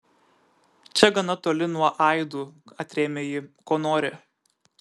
čia gana toli nuo aidų atrėmė ji ko nori